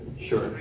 Sure